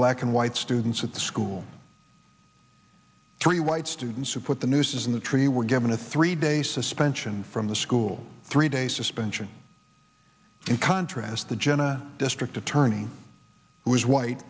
black and white students at the school three white students who put the nooses in the tree were given a three day suspension from the school three day suspension in contrast to jenna district attorney who was white